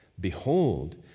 Behold